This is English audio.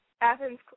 Athens